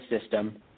system